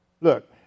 Look